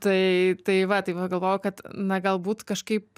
tai tai va tai pagalvojau kad na galbūt kažkaip